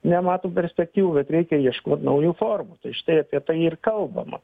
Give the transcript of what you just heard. nemato perspektyvų bet reikia ieškot naujų formų tai štai apie tai ir kalbama